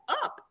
up